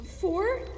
Four